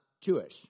Jewish